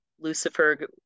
Lucifer